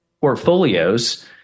portfolios